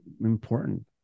important